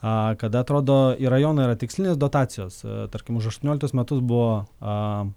kada atrodo į rajoną yra tikslinės dotacijos tarkim už aštuonioliktus metus buvo